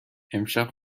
امشب